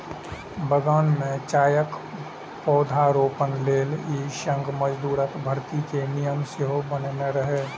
बगान मे चायक पौधारोपण लेल ई संघ मजदूरक भर्ती के नियम सेहो बनेने रहै